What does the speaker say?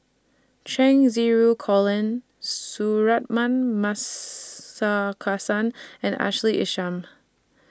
Cheng Xinru Colin Suratman Markasan and Ashley Isham